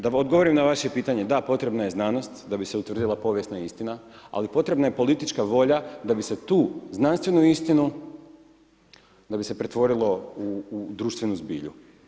Da vam odgovorim na vaše pitanje, da, potrebna je znanost da bi se utvrdila povijesna istina, ali potrebna je politička volja, da bi se tu znanstvenu istinu, da bi se pretvorilo u društvenu zbilju.